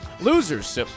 Losers